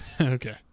Okay